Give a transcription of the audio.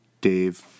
Dave